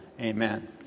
Amen